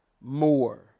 more